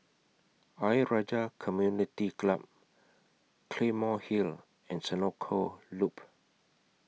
Ayer Rajah Community Club Claymore Hill and Senoko Loop